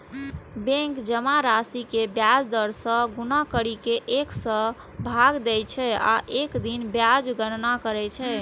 bank जमा राशि कें ब्याज दर सं गुना करि कें एक सय सं भाग दै छै आ एक दिन ब्याजक गणना करै छै